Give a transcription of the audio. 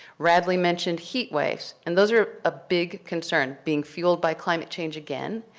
radley mentioned heat waves and those are a big concern being fueled by climate change again.